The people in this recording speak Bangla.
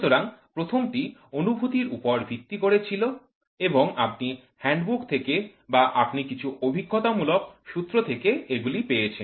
সুতরাং প্রথমটি অনুভূতির উপর ভিত্তি করে ছিল এবং আপনি হ্যান্ডবুক থেকে বা আপনি কিছু অভিজ্ঞতামূলক সূত্র থেকে এগুলি পেয়েছেন